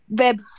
web